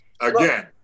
Again